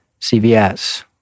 CVS